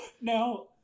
now